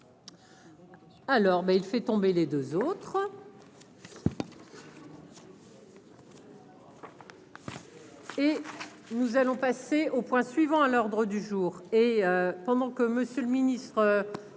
Alors, mais il fait tomber les 2 autres. Et nous allons passer au point suivant, à l'ordre du jour